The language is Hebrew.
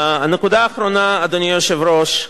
הנקודה האחרונה, אדוני היושב-ראש,